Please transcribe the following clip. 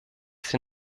sie